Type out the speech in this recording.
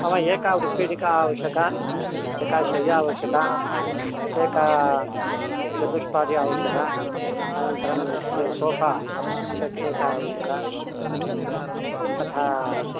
मम एका उत्पीठिका आवश्यकी एका शय्या आवश्यकी एका चतुष्पादी आवश्यकी अनन्तरं सोफ़ा सेट् एका आवश्यकी तथा